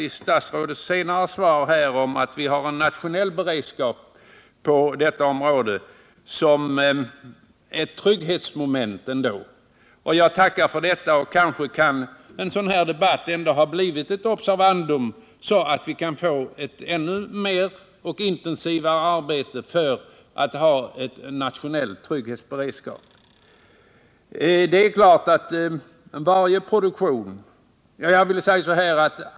Statsrådets senare uppgift att vi har en nationell beredskap på detta område är ett trygghetsmoment. Jag tackar för det. Kanske kan den här debatten bli ett observandum, så att vi kan få ett ännu intensivare arbete för en nationell beredskap och trygghet.